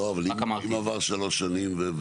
לא, אבל אם עבר שלוש שנים?